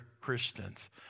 Christians